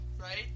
right